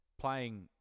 playing